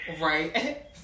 Right